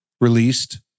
released